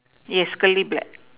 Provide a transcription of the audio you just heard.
yes curly black